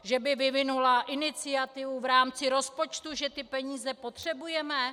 Že by vyvinula iniciativu v rámci rozpočtu, že ty peníze potřebujeme?